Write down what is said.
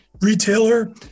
retailer